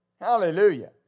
Hallelujah